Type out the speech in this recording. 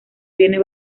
bienes